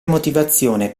motivazione